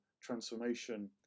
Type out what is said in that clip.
transformation